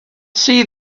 see